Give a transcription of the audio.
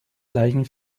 gleichen